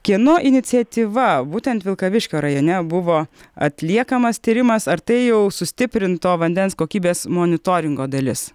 kieno iniciatyva būtent vilkaviškio rajone buvo atliekamas tyrimas ar tai jau sustiprinto vandens kokybės monitoringo dalis